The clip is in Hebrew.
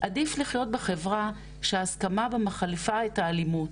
עדיף לחיות בחברה שההסכמה בה מחליפה את האלימות,